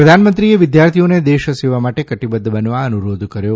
પ્રધાનમંત્રીએ વિદ્યાર્થીઓને દેશ સેવા માટે કટીબદ્ધ બનવા અનુરોધ કર્યો